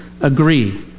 agree